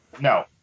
no